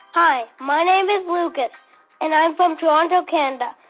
hi. my name is lucas, and i'm from toronto, canada.